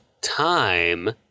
time